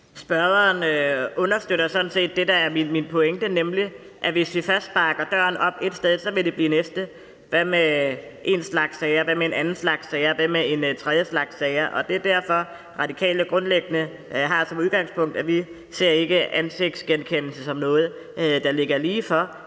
Spørgeren understøtter sådan set det, der er min pointe, nemlig at hvis vi først sparker døren op ét sted, så vil der blive et næste. Hvad med én slags sager, hvad med en anden slags sager, hvad med en tredje slags sager? Det er derfor, Radikale grundlæggende har som udgangspunkt, at vi ikke ser ansigtsgenkendelse som noget, der ligger ligefor,